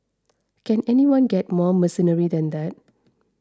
can anyone get more mercenary than that